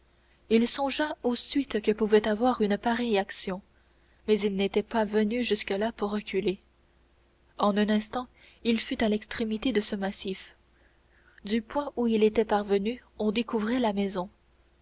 il songea aux suites que pouvait avoir une pareille action mais il n'était pas venu jusque-là pour reculer en un instant il fut à l'extrémité de ce massif du point où il était parvenu on découvrait la maison